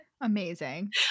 Amazing